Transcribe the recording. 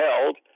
held